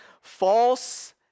false